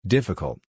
Difficult